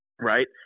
Right